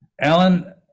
Alan